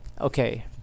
okay